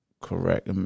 correct